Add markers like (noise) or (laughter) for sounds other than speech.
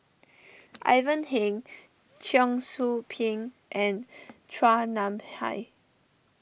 (noise) Ivan Heng Cheong Soo Pieng and Chua Nam Hai